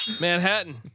Manhattan